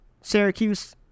Syracuse